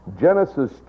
Genesis